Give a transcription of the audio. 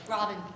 Robin